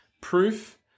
proof